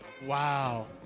Wow